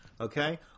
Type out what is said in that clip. okay